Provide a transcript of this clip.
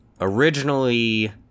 Originally